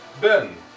Ben